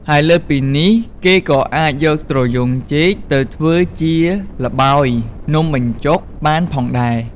ហើយលើសពីនេះគេក៏អាចយកត្រយូងចេកទៅធ្វើជាល្បោយនំបញ្ចុកបានផងដែរ។